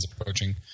approaching